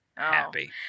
happy